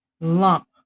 lump